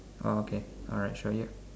oh okay alright sure you